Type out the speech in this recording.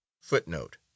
Footnote